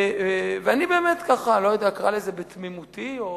ואני באמת, ככה, אקרא לזה בתמימותי,